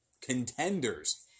contenders